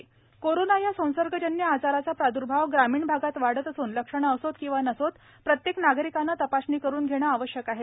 Patole corona या संसर्गजन्य आजाराचा प्रादुर्भाव ग्रामीण भागात वाढत असून लक्षणं असोत किंवा नसोत प्रत्येक नागरिकाने तपासणी करून घेणे आवश्यक आहे